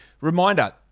Reminder